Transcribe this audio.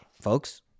Folks